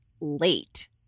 late